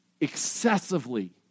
excessively